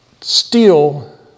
steal